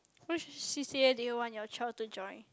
which C_C_A do you want your child to join